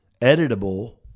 editable